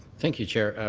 thank you, chair.